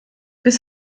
bis